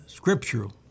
Scriptural